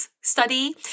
study